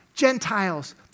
Gentiles